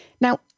Now